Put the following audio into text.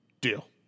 Deal